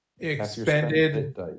expended